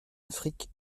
afrique